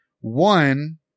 one